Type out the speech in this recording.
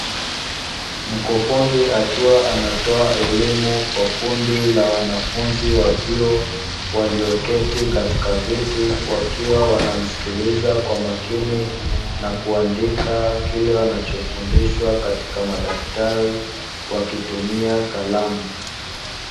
Mkufunzi akiwa anatoa elimu kwa kundi la wanafunzi wa vyu, walioketi katika viti wakiwa wanamskiliza kwa makini na kuandika kile wanachofundishwa katika madaftari wakitumia kalamu.